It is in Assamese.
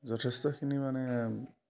যথেষ্টখিনি মানে